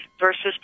versus